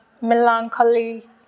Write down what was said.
melancholy